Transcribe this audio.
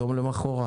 יום למוחרת.